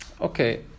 okay